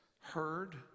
heard